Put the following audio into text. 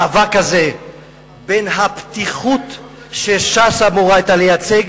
בין הפתיחות שש"ס היתה אמורה לייצג,